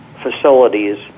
facilities